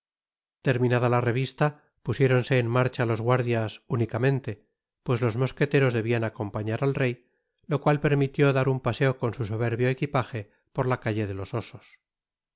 terminada la revista pusiéronse en marcha los guardias únicamente pues los mosqueteros debian acompañar al rey lo cual permitió dar un paseo con su soberbio equipaje por la calle de los osos la